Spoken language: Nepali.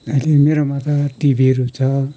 अहिले मेरोमा त टिभीहरू छ